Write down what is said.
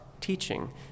teaching